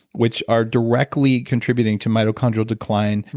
which are directly contributing to mitochondrial decline,